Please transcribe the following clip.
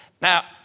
Now